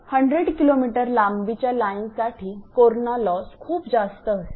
100 𝑘𝑚 लांबीच्या लाईन साठी corona loss खूप जास्त असेल